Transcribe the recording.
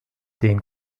den